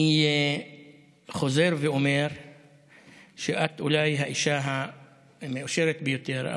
אני חוזר ואומר שאת אולי האישה המאושרת ביותר,